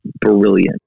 brilliant